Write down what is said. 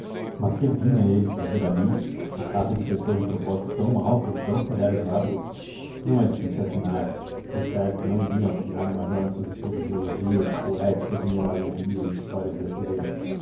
mas que vinha ele fazer ali na casa de pessoas de propósitos tão altos e tão severos hábitos não é difícil atinar decerto não vinha auxiliar o major nos seus estudos de geologia de poética de mineralogia e histórias brasileiras